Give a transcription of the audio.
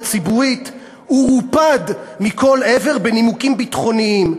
ציבורית הוא רופד מכל עבר בנימוקים ביטחוניים,